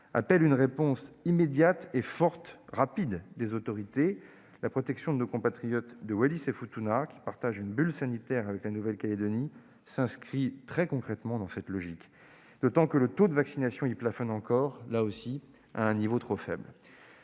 appelle une réponse immédiate et forte des autorités. La protection de nos compatriotes des îles Wallis et Futuna, qui partagent une bulle sanitaire avec la Nouvelle-Calédonie, s'inscrit dans cette logique, d'autant que le taux de vaccination y plafonne encore à un niveau trop faible.